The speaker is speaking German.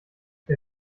der